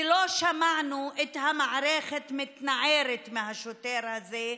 ולא שמענו את המערכת מתנערת מהשוטר הזה,